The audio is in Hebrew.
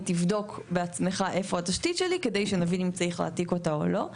ותבדוק בעצמך איפה התשתית שלי כדי שנבין אם צריך להעתיק אותה או לא.